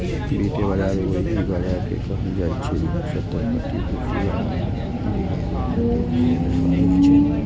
वित्तीय बाजार ओहि बाजार कें कहल जाइ छै, जतय प्रतिभूति आ डिरेवेटिव्स के व्यापार होइ छै